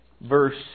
verse